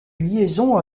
liaison